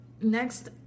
Next